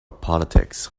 politics